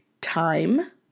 time